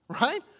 right